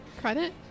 credit